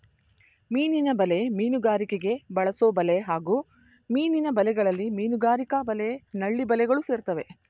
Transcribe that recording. ಮೀನಿನ ಬಲೆ ಮೀನುಗಾರಿಕೆಗೆ ಬಳಸೊಬಲೆ ಹಾಗೂ ಮೀನಿನ ಬಲೆಗಳಲ್ಲಿ ಮೀನುಗಾರಿಕಾ ಬಲೆ ನಳ್ಳಿ ಬಲೆಗಳು ಸೇರ್ತವೆ